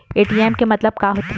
ATM के मतलब का होथे?